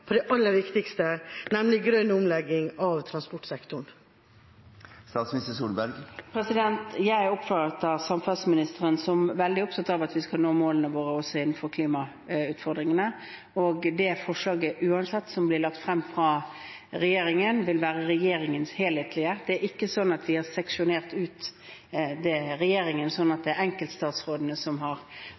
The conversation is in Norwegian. på det aller viktigste, nemlig grønn omlegging av transportsektoren? Jeg oppfatter samferdselsministeren som veldig opptatt av at vi skal nå målene våre også innenfor klimautfordringene, og det forslaget – uansett – som blir lagt frem fra regjeringen, vil være regjeringens helhetlige forslag. Det er ikke slik at vi har seksjonert ut regjeringen slik at enkeltstatsrådene har et eget ansvar – hele regjeringen har